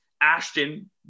Ashton